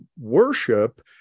worship